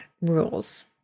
rules